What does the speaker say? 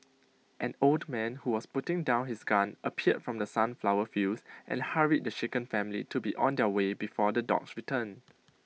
an old man who was putting down his gun appeared from the sunflower fields and hurried the shaken family to be on their way before the dogs return